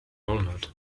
polnud